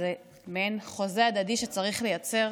וזה מעין חוזה הדדי שצריך לייצר,